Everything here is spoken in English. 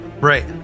right